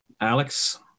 Alex